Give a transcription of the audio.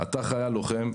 אתה חייל לוחם,